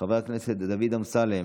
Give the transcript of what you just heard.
חבר הכנסת דוד אמסלם,